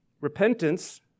repentance